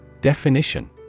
Definition